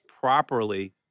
properly